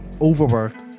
overworked